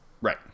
Right